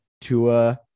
Tua